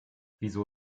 wieso